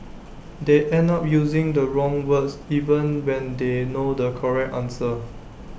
they end up using the wrong words even when they know the correct answer